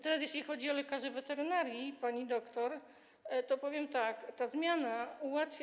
Teraz, jeśli chodzi o lekarzy weterynarii, pani doktor, powiem tak: ta zmiana ułatwia.